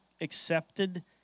accepted